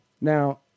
Now